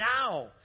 now